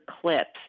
clips